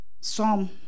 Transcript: Psalm